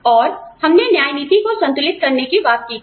और हमने न्याय नीति को संतुलित करने की बात की थी